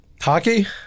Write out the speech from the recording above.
Hockey